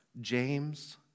James